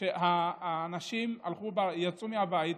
שבו אנשים יצאו מהבית,